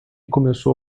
começou